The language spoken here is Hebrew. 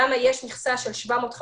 למה יש מכסה של 750,